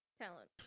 Talent